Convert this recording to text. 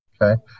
Okay